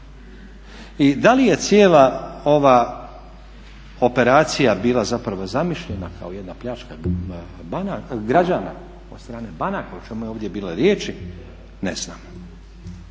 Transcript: I da li je cijela ova operacija bila zapravo zamišljena kao jedna pljačka građana od strane banaka o čemu je ovdje bilo riječi ne znam.